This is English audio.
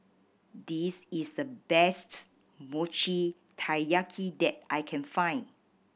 this is the best Mochi Taiyaki that I can find